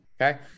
okay